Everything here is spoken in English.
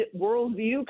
worldview